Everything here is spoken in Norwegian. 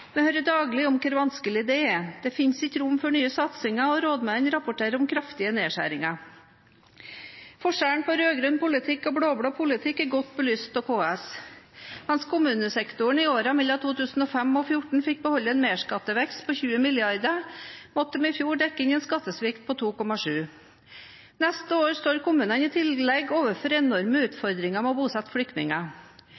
Vi hører daglig om hvor vanskelig det er – det finnes ikke rom for nye satsinger, og rådmenn rapporterer om kraftige nedskjæringer. Forskjellen på rød-grønn politikk og blå-blå politikk er godt belyst av KS. Mens kommunesektoren i årene mellom 2005 og 2014 fikk beholde en merskattevekst på 20 mrd. kr, måtte vi i fjor dekke inn en skattesvikt på 2,7 mrd. kr. Neste år står kommunene i tillegg overfor enorme utfordringer med å bosette flyktninger.